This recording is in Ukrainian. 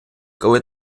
коли